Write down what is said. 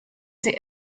sie